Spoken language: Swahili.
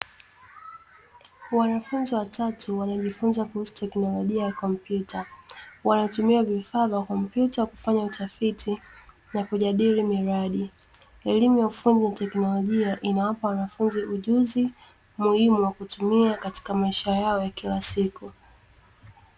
Wanafunzi watatu wanajifunza kuhusu teknolojia ya kompyuta, wanatumia vifaa vya kompyuta kufanya utafiti na kujadili miradi, elimu ya ufundi na teknolojia inawapa wanafunzi ujuzi muhimu wa kutumia katika maisha yao ya kila siku.